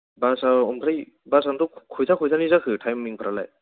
बासआव ओमफ्राय बासआनोथ' खयथा खयथानि जाखो टाइमिंफ्रालाय